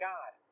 God